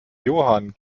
johann